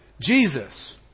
Jesus